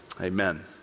Amen